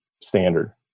standard